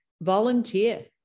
volunteer